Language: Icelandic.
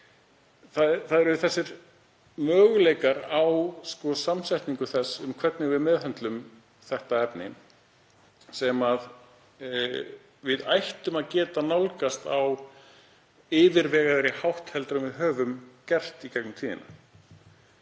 Það eru þessir möguleikar á samsetningu á því hvernig við meðhöndlum þetta efni sem við ættum að geta nálgast á yfirvegaðri hátt en við höfum gert í gegnum tíðina.